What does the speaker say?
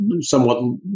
somewhat